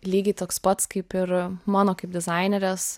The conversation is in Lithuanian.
lygiai toks pats kaip ir mano kaip dizainerės